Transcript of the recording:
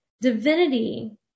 Divinity